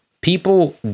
people